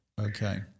Okay